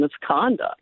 misconduct